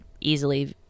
easily